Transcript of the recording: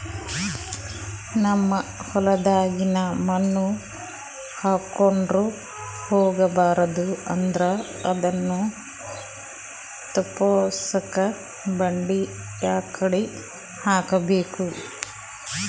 ನಮ್ ಹೊಲದಾಗಿನ ಮಣ್ ಹಾರ್ಕೊಂಡು ಹೋಗಬಾರದು ಅಂದ್ರ ಅದನ್ನ ತಪ್ಪುಸಕ್ಕ ಬಂಡಿ ಯಾಕಡಿ ಹಾಕಬೇಕು?